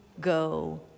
go